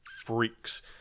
freaks